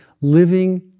living